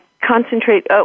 concentrate